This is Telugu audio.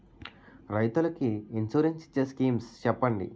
రైతులు కి ఇన్సురెన్స్ ఇచ్చే స్కీమ్స్ చెప్పండి?